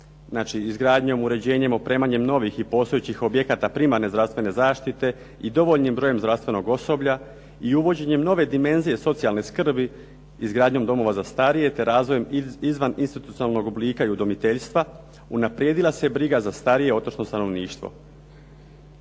znači izgradnjom, uređenjem, opremanjem novih i postojećih objekata primarne zdravstvene zaštite i dovoljnim brojem zdravstvenog osoblja i uvođenjem nove dimenzije socijalne skrbi, izgradnjom domova za starije te razvojem izvaninstitucionalnog oblika i udomiteljstva unaprijedila se briga za starije otočno stanovništvo.